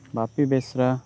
ᱵᱟᱯᱤ ᱵᱮᱥᱨᱟ